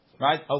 right